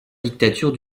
dictature